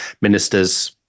ministers